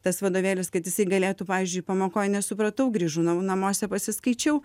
tas vadovėlis kad jisai galėtų pavyzdžiui pamokoj nesupratau grįžau namuose pasiskaičiau